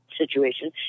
situation